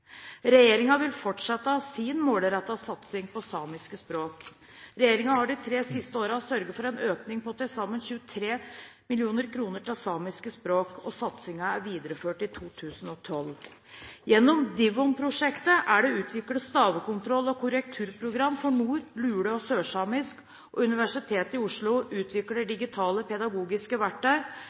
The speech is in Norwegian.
vil fortsette sin målrettede satsing på samiske språk. Regjeringen har de tre siste årene sørget for en økning på til sammen 23 mill. kr til samiske språk, og satsingen er videreført i 2012. Gjennom Divvun-prosjektet er det utviklet stavekontroll og korrekturprogram for nord-, lule- og sørsamisk, og Universitetet i Oslo utvikler digitale pedagogiske verktøy.